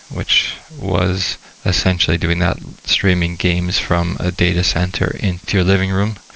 which was essentially doing that streaming games from a data center into your living room.